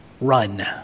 run